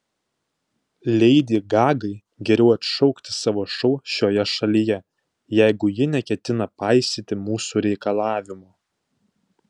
leidi gagai geriau atšaukti savo šou šioje šalyje jeigu ji neketina paisyti mūsų reikalavimo